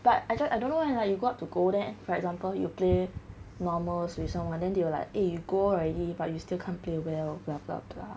but I just I don't know why ah you go up to gold then for example you play lah you got to go there for example you play normals with someone then they will like eh you gold already but you still can't play well blah blah blah